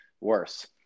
worse